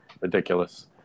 ridiculous